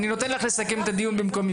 אני נותן לך לסכם את הדיון מקומי,